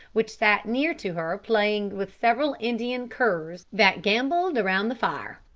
which sat near to her playing with several indian curs that gambolled round the fire.